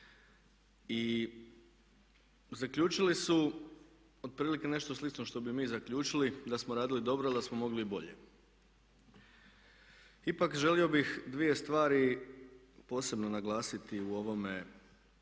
I zaključili su otprilike nešto slično što bi mi zaključili da smo radili dobro ali da smo mogli i bolje. Ipak želio bih dvije stvari posebno naglasiti u ovome